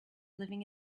living